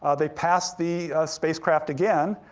ah they pass the spacecraft again.